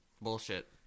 Bullshit